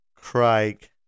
Craig